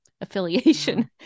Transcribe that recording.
affiliation